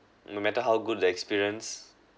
no matter how good the experience